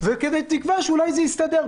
בתקווה שאולי זה יסתדר.